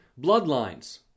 bloodlines